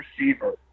receiver